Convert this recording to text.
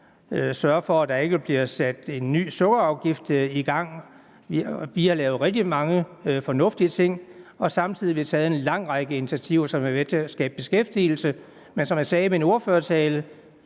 sørge for, at der ikke bliver sat en ny sukkerafgift i gang. Vi har lavet rigtig mange fornuftige ting, og samtidig har vi taget en lang række initiativer, som har været med til at skabe beskæftigelse. Men som jeg sagde i min ordførertale: